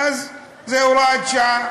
אז זה הוראת שעה.